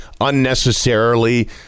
unnecessarily